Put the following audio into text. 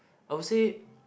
I will say